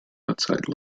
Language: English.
outside